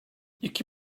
i̇ki